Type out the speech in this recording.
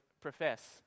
profess